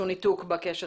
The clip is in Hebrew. ובראשונה,